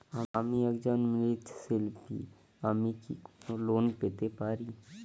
আমি একজন মৃৎ শিল্পী আমি কি কোন লোন পেতে পারি?